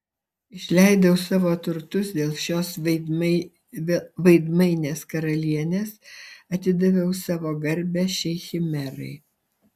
išleidau savo turtus dėl šios veidmainės karalienės atidaviau savo garbę šiai chimerai